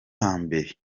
hambere